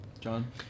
John